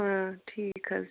ہاں ٹھیٖک حظ چھُ